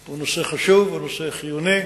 הוא נושא חשוב, הוא נושא חיוני,